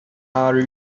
are